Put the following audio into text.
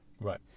Right